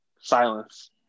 Silence